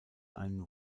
einen